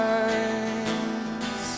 eyes